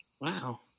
wow